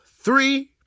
three